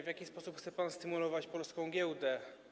W jaki sposób chce pan stymulować polską giełdę?